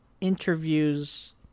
interviews